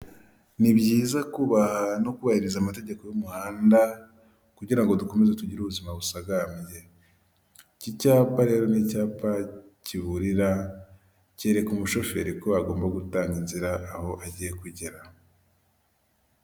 Ni byiza kubaha no kubahiriza amategeko y'umuhanda kugira dukomeze tugire ubuzima busagambye iki icyapa rero ni icyapa kiburira kereka umushoferi ko agomba gutanga inzira aho agiye kugera.